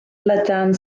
lydan